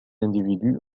individus